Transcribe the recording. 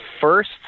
first